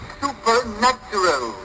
supernatural